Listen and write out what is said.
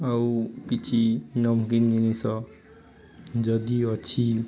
ଆଉ କିଛି ନମକିିନ ଜିନିଷ ଯଦି ଅଛି